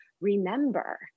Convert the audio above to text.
remember